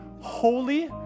holy